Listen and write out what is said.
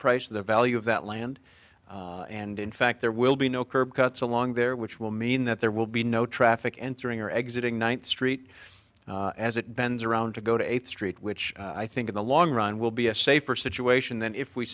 price of the value of that land and in fact there will be no curb cuts along there which will mean that there will be no traffic entering or exiting ninth street as it bends around to go to eighth street which i think in the long run will be a safer situation than if we